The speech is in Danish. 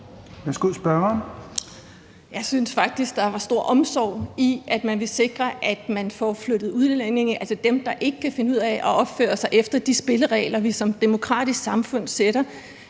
Jeg synes faktisk, at der var stor omsorg i, at man ville sikre at få flyttet udlændinge, altså dem, der ikke kan finde ud af at opføre sig efter de spilleregler, vi som demokratisk samfund sætter